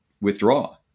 withdraw